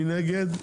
מי נגד?